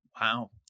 Wow